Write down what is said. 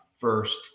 first